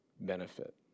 benefit